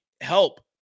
help